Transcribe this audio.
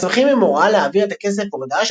המסמכים הם הוראה להעביר את הכסף והודאה